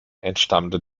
entstammte